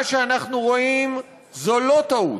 מה שאנחנו רואים זו לא טעות,